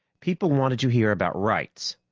people wanted to hear about rights,